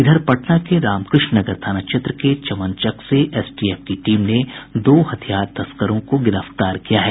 इधर पटना के रामकृष्ण नगर थाना क्षेत्र के चमनचक से एसटीएफ की टीम ने दो हथियार तस्करों को गिरफ्तार किया है